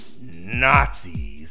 Nazis